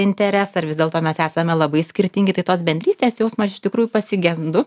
interesą ar vis dėlto mes esame labai skirtingi tai tos bendrystės jausmo aš iš tikrųjų pasigendu